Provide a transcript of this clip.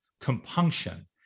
compunction